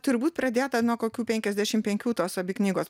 turbūt pradėta nuo kokių penkiasdešim penkių tos abi knygos